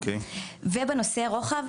ובנושא רוחב,